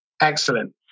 Excellent